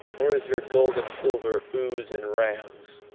or is your gold and silver ewes and rams?